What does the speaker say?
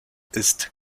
ist